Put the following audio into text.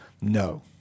No